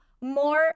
more